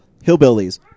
hillbillies